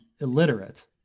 illiterate